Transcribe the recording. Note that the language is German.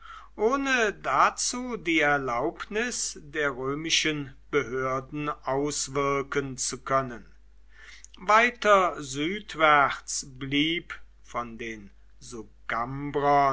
ohne dazu die erlaubnis der römischen behörden auswirken zu können weiter südwärts blieb von den